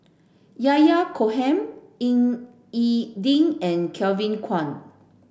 Yahya Cohen Ying E Ding and Kevin Kwan